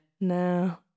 no